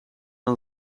dan